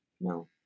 no